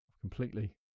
completely